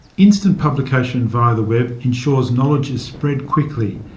instant publication via the web ensures knowledge is spread quickly,